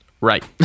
Right